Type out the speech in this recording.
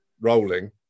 rolling